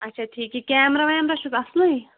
اچھا ٹھیٖک یہِ کیمرا ویمرا چھُس اَصلٕے